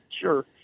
Sure